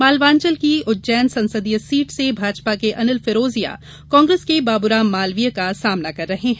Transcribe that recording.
मालवांचल की उज्जैन संसदीय सीट से भाजपा के अनिल फिरोजिया कांग्रेस के बाबूराम मालवीय का सामना कर रहे हैं